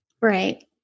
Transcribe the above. Right